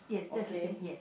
okay